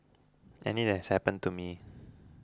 and it has happened to me